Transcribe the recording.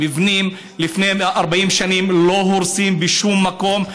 מבנים מלפני 40 שנים לא הורסים בשום מקום.